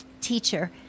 teacher